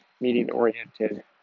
meeting-oriented